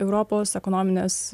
europos ekonominės